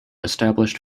established